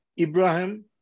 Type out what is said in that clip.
Ibrahim